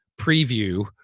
preview